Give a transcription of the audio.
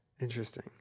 interesting